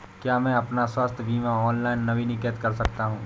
क्या मैं अपना स्वास्थ्य बीमा ऑनलाइन नवीनीकृत कर सकता हूँ?